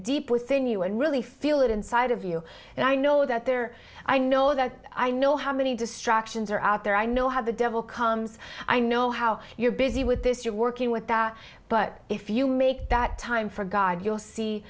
deep within you and really feel it inside of you and i know that there i know that i know how many distractions are out there i know how the devil comes i know how you're busy with this you're working with that but if you make that time for god you'll see